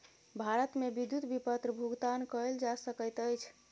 भारत मे विद्युत विपत्र भुगतान कयल जा सकैत अछि